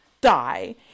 die